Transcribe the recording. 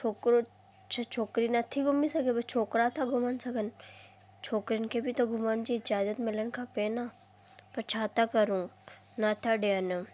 छोकिरो छा छोकिरी नथी घुमी सघे भाई छोकिरा था घुमनि सघनि छोकिरियुनि खे बि त घुमण जी इजाज़त मिलणु खपे न पर छा थी करूं नथा ॾियनि